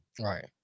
Right